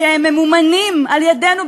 שממומנים על-ידינו,